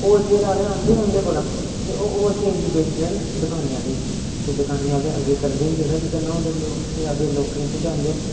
wholesale आह्ले आहनदे उंदे कोला होलसेल च बेचदे न दकानें आह्ले गी ते दकानें आह्ले अग्गें करदे न जेह्ड़ा बी करना होंदा लोक अग्गें लोकें गी पजांदे न